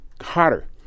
hotter